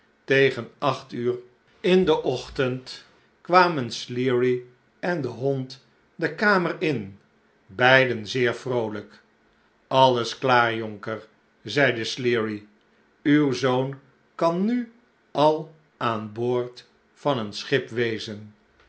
tegen acht uur in den ochtend k warn en sleary en de hond de kamer in beiden zeer vroolijk alles klaar jonker zeide sleary uwzoon kan nu al aan boord van een schip wezen